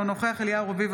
אינו נוכח אליהו רביבו,